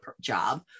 job